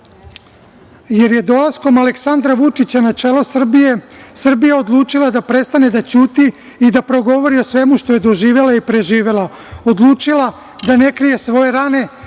jer je dolaskom Aleksandra Vučića na čelo Srbije Srbija odlučila da prestane da ćuti i da progovori o svemu što je doživela i preživela, odlučila da ne krije svoje rane